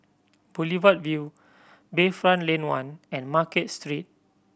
Boulevard Vue Bayfront Lane One and Market Street